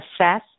assess